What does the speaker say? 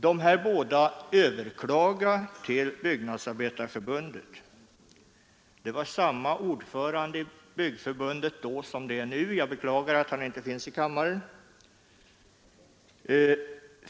De båda nyaanställda överklagade beslutet hos Byggnadsarbetareförbundet. Det var samma ordförande i förbundet då som det är nu — jag beklagar att han inte finns i kammaren.